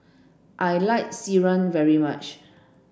I like Sireh very much